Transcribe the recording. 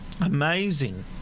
amazing